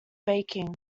baking